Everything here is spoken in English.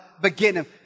beginning